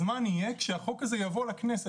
הזמן יהיה כשהחוק הזה יבוא לכנסת,